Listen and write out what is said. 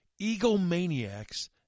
Egomaniacs